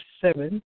seven